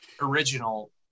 original